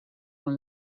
van